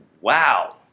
wow